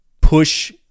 push